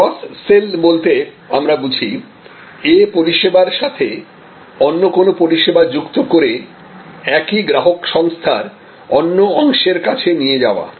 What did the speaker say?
cross sell বলতে আমরা বুঝি A পরিষেবার সাথে অন্য কোন পরিষেবা যুক্ত করে একই গ্রাহক সংস্থার অন্য অংশের কাছে নিয়ে যাওয়া